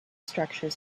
structures